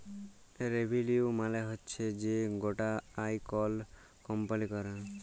revenue মালে হচ্যে যে গটা আয় কল কম্পালি ক্যরে